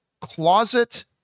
closet